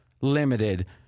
limited